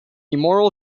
femoral